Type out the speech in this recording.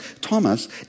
Thomas